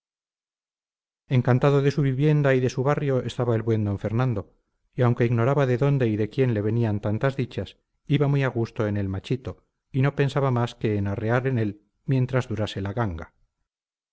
encantado de su vivienda y de su barrio estaba el buen d fernando y aunque ignoraba de dónde y de quién le venían tantas dichas iba muy a gusto en el machito y no pensaba más que en arrear en él mientras durase la ganga